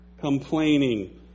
complaining